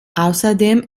außerdem